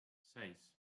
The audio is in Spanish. seis